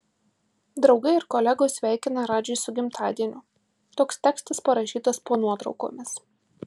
draugai ir kolegos sveikina radžį su gimtadieniu toks tekstas parašytas po nuotraukomis